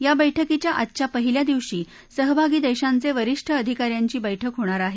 या बैठकीच्या आजच्या पहिल्या दिवशी सहभागी देशांचे वरिष्ठ अधिका यांची बैठक होणार आहे